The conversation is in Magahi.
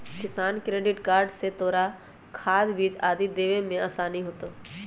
किसान क्रेडिट कार्ड से तोरा खाद, बीज आदि लेवे में आसानी होतउ